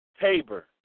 Tabor